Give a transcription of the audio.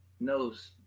knows